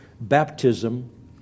baptism